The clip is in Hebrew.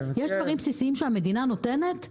יש דברים בסיסיים שהמדינה נותנת.